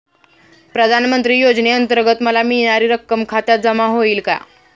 प्रधानमंत्री योजनेअंतर्गत मला मिळणारी रक्कम खात्यात जमा होईल का?